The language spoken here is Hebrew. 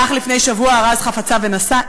אך לפני שבוע ארז חפציו ונסע,